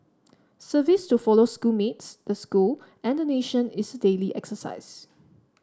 service to fellow school mates the school and the nation is a daily exercise